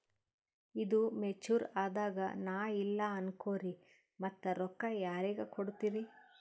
ಈದು ಮೆಚುರ್ ಅದಾಗ ನಾ ಇಲ್ಲ ಅನಕೊರಿ ಮತ್ತ ರೊಕ್ಕ ಯಾರಿಗ ಕೊಡತಿರಿ?